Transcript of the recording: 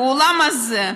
באולם הזה,